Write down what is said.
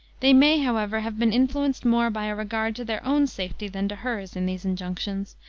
they may, however, have been influenced more by a regard to their own safety than to hers in these injunctions,